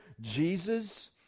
Jesus